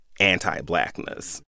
anti-blackness